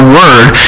word